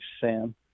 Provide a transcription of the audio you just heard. sam